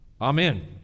Amen